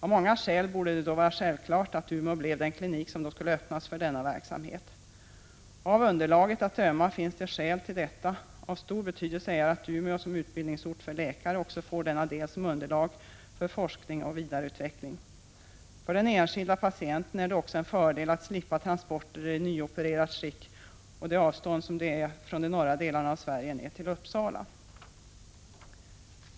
Av många skäl borde det vara självklart att Umeå fick den klinik som skulle öppnas för denna verksamhet. Av underlaget att döma finns det motiv för detta. Av stor betydelse är att Umeå, som utbildningsort för läkare, också får denna del som underlag för forskning och vidareutveckling. För den enskilde patienten är det också en fördel att slippa transporter i nyopererat skick, inte minst med tanke på avståndet från de norra delarna av Sverige ner till Uppsala.